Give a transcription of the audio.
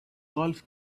golf